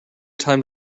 time